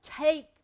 take